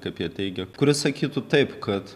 kaip jie teigia kuris sakytų taip kad